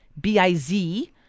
b-i-z